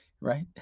right